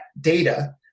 data